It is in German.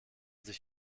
sich